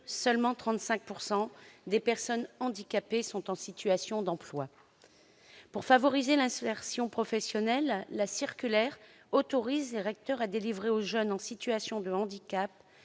seulement 35 % d'entre elles sont en situation d'emploi. Pour favoriser leur insertion professionnelle, la circulaire autorise les recteurs à délivrer aux jeunes en situation de handicap